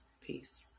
Peace